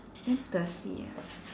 damn thirsty ah